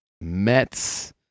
Mets